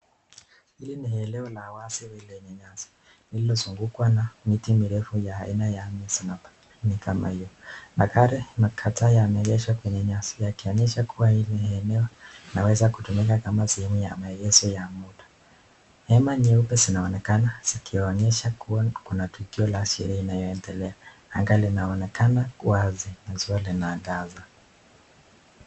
Hili ni eneo la wazi lenye nyasi, lililo zungukwa na miti mirefu na aina kama hio, magari matatu yamekaa tu kwenye nyasi yakionyesha kuwa hili ni eneo linaeza kutumika kama sehemu ya maegezo ya magari kwa muda, hema nyeupe zinaonekana zikionyesha kuwa kuna tukio ama sherehe inayo endelea, anag linaonekana wazi na jua linaangaza.